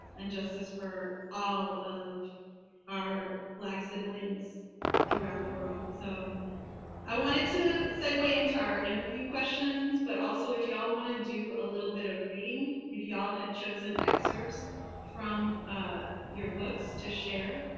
and justice for all of our black siblings throughout the world. so i wanted to segue into our interview questions, but also, if y'all want to do a little bit of reading, if ya'll had chosen excerpts from ah your books to share,